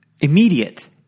Immediate